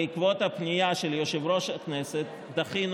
בעקבות הפנייה של יושב-ראש הכנסת דחינו